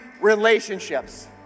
relationships